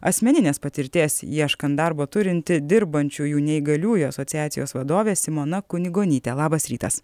asmeninės patirties ieškant darbo turinti dirbančiųjų neįgaliųjų asociacijos vadovė simona kunigonytė labas rytas